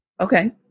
Okay